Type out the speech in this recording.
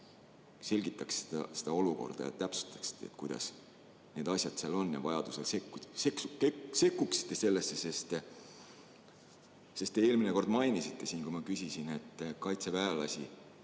selgitaksite seda olukorda, täpsustaksite, kuidas need asjad on, ja vajadusel sekkuksite sellesse. Eelmine kord te mainisite siin, kui ma küsisin, et kaitseväelasi